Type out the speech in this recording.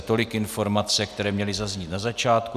Tolik informace, které měly zaznít na začátku.